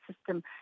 system